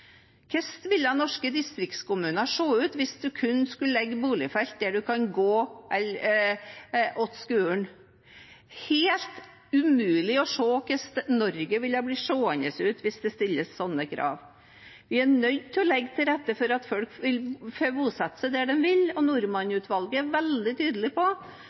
norske distriktskommuner se ut hvis man kun skulle legge boligfelt der man kan gå til skolen? Det er helt umulig å se hvordan Norge ville bli seende ut hvis det ble stilt slike krav. Vi er nødt til å legge til rette for at folk skal kunne bosette seg der de vil, og Norman-utvalget er veldig tydelig på